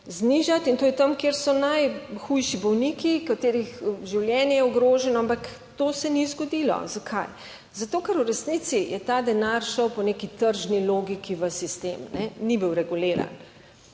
znižati in to je tam, kjer so najhujši bolniki, katerih življenje je ogroženo, ampak to se ni zgodilo. Zakaj? Zato ker v resnici je ta denar šel po neki tržni logiki v sistem, ni bil reguliran.